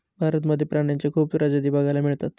भारतामध्ये प्राण्यांच्या खूप प्रजाती बघायला मिळतात